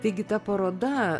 taigi ta paroda